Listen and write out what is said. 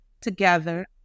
together